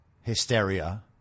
hysteria